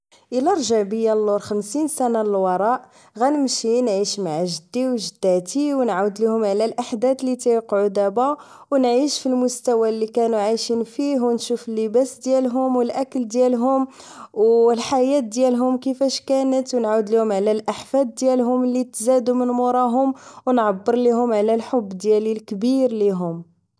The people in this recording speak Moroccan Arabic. الا رجع بيا اللور خمسين عام للوراء غنمشي نعيش مع جدي و جدتي و نعاود ليهم على الاحداث اللي تيوقعو دبا و نعيش فالمستوى اللي كانو عايشين فيه و نشوف اللباس ديالهم و الا كل ديالهم و الحياة ديالهم كيفاش كانت و نعاود ليهم على الاحفاد ديالهم اللي تزادو من موراهم و نعبر ليهم على الحب ديالي الكبير ليهم